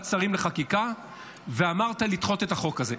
השרים לחקיקה ואמרת לדחות את החוק הזה.